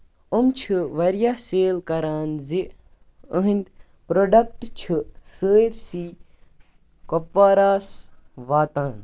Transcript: یِم چھِ واریاہ سیل کران زِ یِہِندۍ پروڈکٹ چھِ سٲرسی کۄپواراہَس واتان